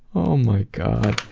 oh my god,